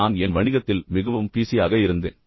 நான் என் வணிகத்தில் மிகவும் பிஸியாக இருந்தேன்